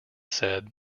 said